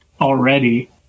already